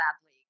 sadly